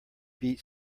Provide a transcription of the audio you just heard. beat